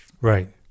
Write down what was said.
right